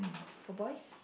for boys